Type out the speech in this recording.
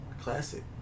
Classic